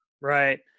right